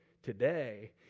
Today